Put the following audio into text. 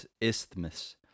Isthmus